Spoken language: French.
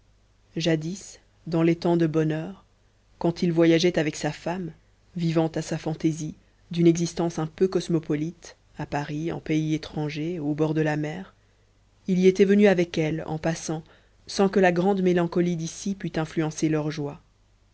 jadis dans les temps de bonheur quand il voyageait avec sa femme vivant à sa fantaisie d'une existence un peu cosmopolite à paris en pays étranger au bord de la mer il y était venu avec elle en passant sans que la grande mélancolie d'ici pût influencer leur joie